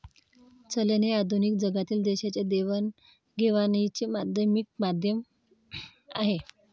चलन हे आधुनिक जगातील देशांच्या देवाणघेवाणीचे प्राथमिक माध्यम आहे